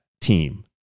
team